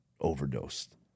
overdosed